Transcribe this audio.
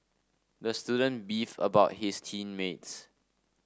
the student beefed about his team mates